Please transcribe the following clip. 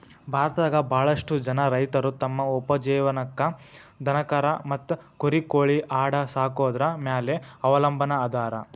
ಭಾರತದಾಗ ಬಾಳಷ್ಟು ಜನ ರೈತರು ತಮ್ಮ ಉಪಜೇವನಕ್ಕ ದನಕರಾ ಮತ್ತ ಕುರಿ ಕೋಳಿ ಆಡ ಸಾಕೊದ್ರ ಮ್ಯಾಲೆ ಅವಲಂಬನಾ ಅದಾರ